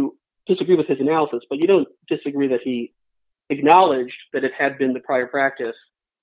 you disagree with his analysis but you don't disagree that he acknowledged that it had been the prior practice